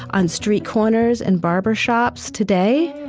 on street corners and barber shops today,